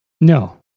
No